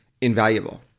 invaluable